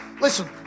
Listen